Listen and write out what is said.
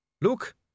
look